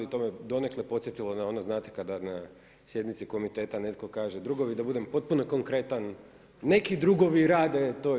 To me donekle podsjetilo na ono znate kada na sjednici komiteta netko kaže drugovi da budem potpuno konkretan neki drugovi rade to i to.